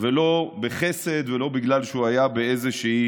ולא בחסד, לא בגלל שהיה באיזושהי